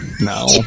No